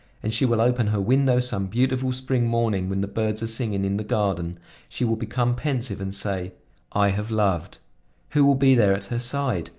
and she will open her window some beautiful spring morning when the birds are singing in the garden she will become pensive and say i have loved who will be there at her side?